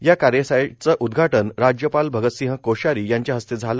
या कार्यशाळेचे उद्घाटन राज्यपाल भगतसिंह कोश्यारी यांच्या हस्ते झाले